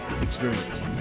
experience